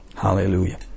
Hallelujah